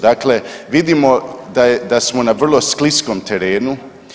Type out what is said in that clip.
Dakle, vidimo da smo na vrlo skliskom terenu.